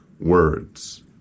words